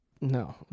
No